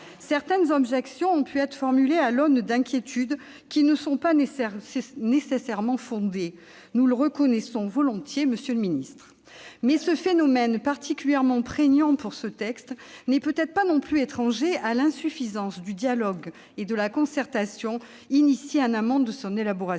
Certaines objections ont pu être formulées à l'aune d'inquiétudes qui ne sont pas nécessairement fondées- nous le reconnaissons volontiers, monsieur le ministre. Toutefois, ce phénomène, particulièrement prégnant pour ce texte, n'est peut-être pas étranger à l'insuffisance du dialogue et de la concertation engagés en amont de son élaboration.